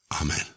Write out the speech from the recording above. Amen